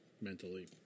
mentally